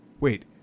wait